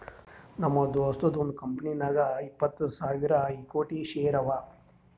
ನಮ್ ದೋಸ್ತದು ಒಂದ್ ಕಂಪನಿನಾಗ್ ಇಪ್ಪತ್ತ್ ಸಾವಿರ ಇಕ್ವಿಟಿ ಶೇರ್ ಅವಾ